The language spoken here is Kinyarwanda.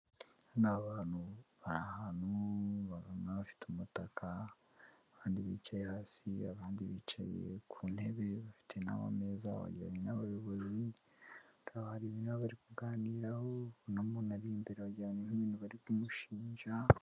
Hano hari abantu bari ahantu babona bafite umutaka abandi bicaye hasi abandi bicaye ku ntebe bafite ameza bajyanye n'abayobozi mo imbere bari kuganiraho n'umuntu uri imbere wagira ngo ni ibintu bari kumushinja.